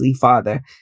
Father